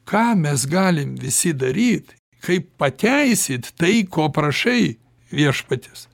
ką mes galim visi daryt kaip pateisit tai ko prašai viešpaties